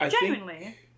genuinely